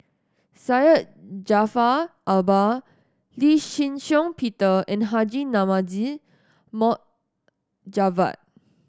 Syed Jaafar Albar Lee Shih Shiong Peter and Haji Namazie Mohd Javad